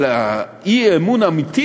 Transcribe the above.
אבל אי-אמון אמיתי